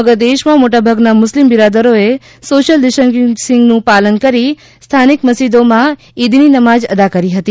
સમગ્ર દેશમાં મોટાભાગના મુસ્લીમ બિરાદરોએ સોશ્યલ ડિસ્ટન્સનું પાલન કરી સ્થાનિક મસ્જીદોમાં ઇદની નમાજ અદા કરી હતી